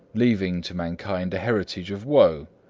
leaving to mankind a heritage of woe!